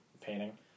painting